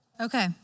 Okay